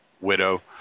widow